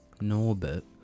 Norbert